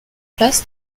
place